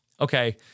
Okay